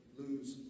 lose